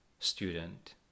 student